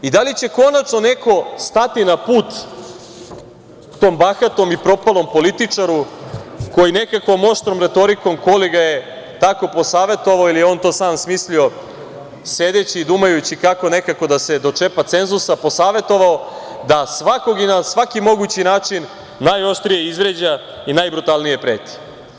I da li će konačno neko stati na put tom bahatom i propalom političaru koji nekakvom oštrom retorikom, ko li ga je tako posavetovao ili je on to sam smislio, sedeći i dumajući kako nekako da se dočepa cenzusa, posavetovao da svakog i na svaki mogući način najoštrije izvređa i najbrutalnije preti?